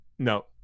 No